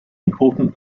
important